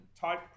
type